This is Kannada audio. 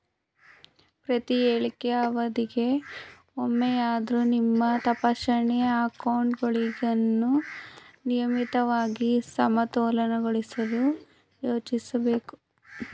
ಪ್ರತಿಹೇಳಿಕೆ ಅವಧಿಗೆ ಒಮ್ಮೆಯಾದ್ರೂ ನಿಮ್ಮ ತಪಾಸಣೆ ಅಕೌಂಟ್ಗಳನ್ನ ನಿಯಮಿತವಾಗಿ ಸಮತೋಲನಗೊಳಿಸಲು ಯೋಚಿಸ್ಬೇಕು